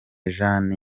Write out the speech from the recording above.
jane